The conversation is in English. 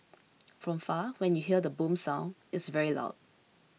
from far when you hear the boom sound it's very loud